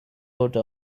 wrote